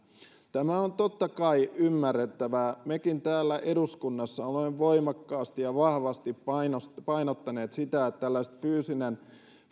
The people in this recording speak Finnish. tämä on totta kai ymmärrettävää mekin täällä eduskunnassa olemme voimakkaasti ja vahvasti painottaneet painottaneet sitä että tällainen fyysinen